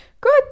Good